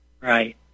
Right